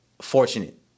fortunate